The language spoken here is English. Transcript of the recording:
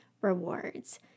rewards